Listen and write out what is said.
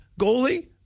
goalie